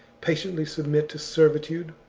patiently submit to servitude?